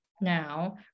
now